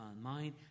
mind